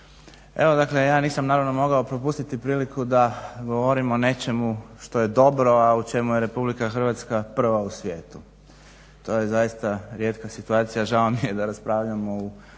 Evo dakle ja nisam naravno mogao propustiti priliku da govorim o nečemu što je dobro, a u čemu je RH prva u svijetu to je zaista rijetka situacija, žao mi je da raspravljamo u